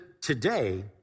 today